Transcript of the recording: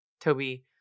toby